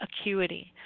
acuity